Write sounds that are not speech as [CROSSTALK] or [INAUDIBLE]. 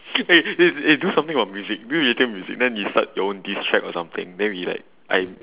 eh eh [NOISE] do something about music do related to music then you start your own diss track or something then we like I